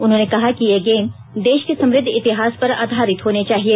उन्होंने कहा कि ये गेम देश के समृद्ध इतिहास पर आधारित होने चाहिए